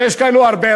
ויש כאלה הרבה,